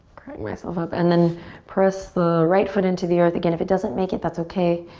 myself up. and then press the right foot into the earth. again, if it doesn't make it, that's okay.